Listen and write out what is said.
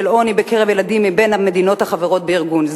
עוני בקרב ילדים מבין המדינות החברות בארגון זה.